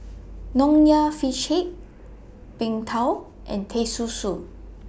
Nonya Fish Head Png Tao and Teh Susu